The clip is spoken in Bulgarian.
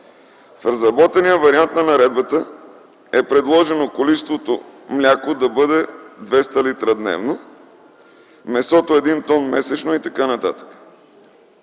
В разработения вариант на наредбата е предложено количеството мляко да бъде 200 л дневно, месото – 1 т месечно и т.н.